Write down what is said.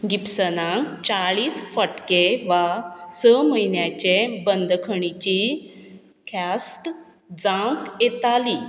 गिब्सनाक चाळीस फटके वा स म्हयन्यांचे बंदखणीची ख्यास्त जावं येताली